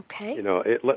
Okay